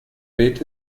bild